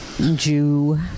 Jew